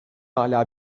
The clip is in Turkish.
hâlâ